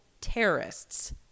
terrorists